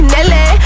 Nelly